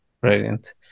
Brilliant